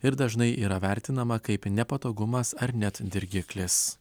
ir dažnai yra vertinama kaip nepatogumas ar net dirgiklis